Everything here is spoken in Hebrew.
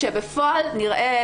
בפועל נראה,